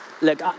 Look